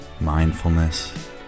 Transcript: mindfulness